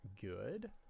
good